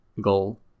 goal